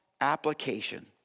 application